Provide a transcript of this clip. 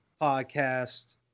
Podcast